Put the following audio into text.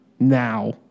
Now